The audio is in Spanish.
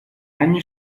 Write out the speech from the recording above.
año